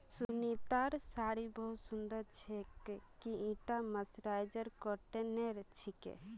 सुनीतार साड़ी बहुत सुंदर छेक, की ईटा मर्सराइज्ड कॉटनेर छिके